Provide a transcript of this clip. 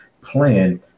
plan